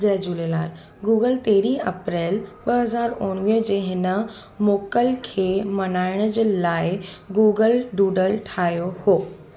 जय Jhulelal Google तेरहीं अप्रैल ॿ हज़ार उणिवीह जो हिन मोकल खे मल्हाइणु जे लाइ गूगल डूडल ठाहियो हो